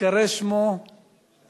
ייקרא שמו ישראל.